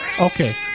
Okay